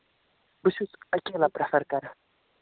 بہٕ چھُس اکیلا پریٚفَر کَران